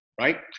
right